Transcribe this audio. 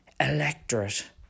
electorate